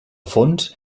fons